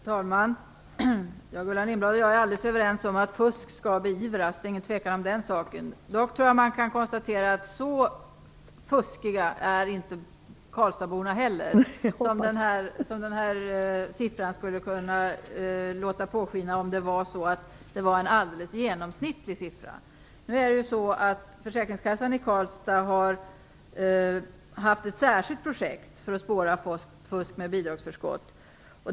Herr talman! Gullan Lindblad och jag är alldeles överens om att fusk skall beivras. Det råder ingen tvekan om den saken. Dock tror jag att man kan konstatera att karlstadborna inte är så benägna att fuska som den här siffran skulle kunna påskina, om det var en alldeles genomsnittlig siffra. Försäkringskassan i Karlstad har haft ett särskilt projekt för att spåra fusk med bidragsförskott.